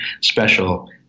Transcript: special